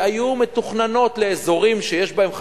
שהיו מתוכננות לאזורים שיש בהם חרדים,